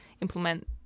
implement